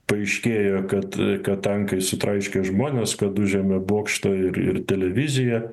paaiškėjo kad kad tankai sutraiškė žmones kad užėmė bokštą ir ir televiziją